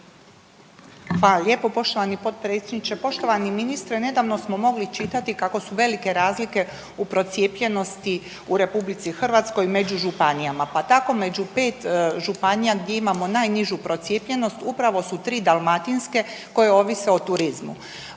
Hvala lijepo potpredsjedniče. Poštovani ministre nedavno smo mogli čitati kako su velike razlike u procijepljenosti u Republici Hrvatskoj među županijama, pa tako među 5 županija gdje imamo najnižu procijepljenost upravo su tri dalmatinske koje ovise o turizmu.